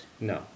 No